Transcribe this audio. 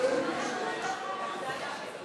(קוראת בשמות חברי הכנסת)